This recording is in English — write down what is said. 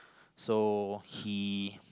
so he